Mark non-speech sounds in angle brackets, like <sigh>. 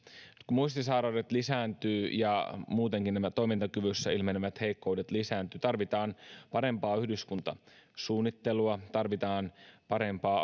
kun muistisairaudet lisääntyvät ja muutenkin toimintakyvyssä ilmenevät heikkoudet lisääntyvät tarvitaan parempaa yhdyskuntasuunnittelua tarvitaan parempaa <unintelligible>